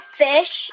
fish